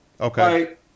Okay